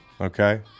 Okay